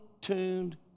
tuned